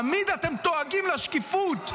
תמיד אתם דואגים לשקיפות.